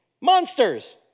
Monsters